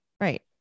Right